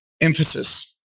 emphasis